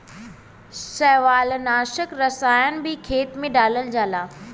शैवालनाशक रसायन भी खेते में डालल जाला